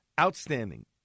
outstanding